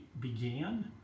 began